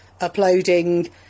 uploading